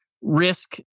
risk